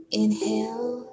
inhale